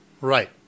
Right